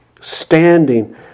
standing